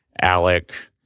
Alec